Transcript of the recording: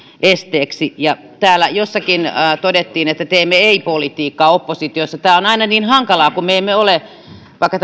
esteeksi täällä jossakin todettiin että teemme ei politiikkaa oppositiossa tämä on aina niin hankalaa kun me emme ole vaikka